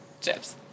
chips